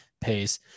pays